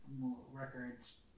records